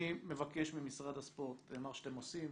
אני מבקש ממשרד הספורט, נאמר שאתם עושים,